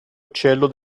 uccello